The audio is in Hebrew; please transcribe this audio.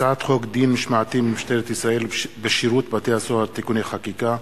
הצעת חוק דין משמעתי במשטרת ישראל ובשירות בתי-הסוהר (תיקוני חקיקה),